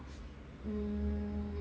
mm